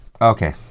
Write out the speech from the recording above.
Okay